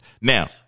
Now